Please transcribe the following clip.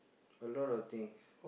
a lot of things